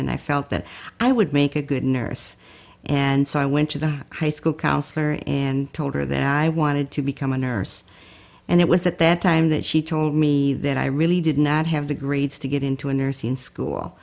and i felt that i would make a good nurse and so i went to the high school counselor and told her that i wanted to become a nurse and it was at that time that she told me that i really did not have the grades to get into a nursing school